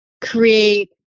create